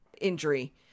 injury